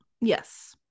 yes